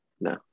No